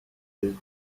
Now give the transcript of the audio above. them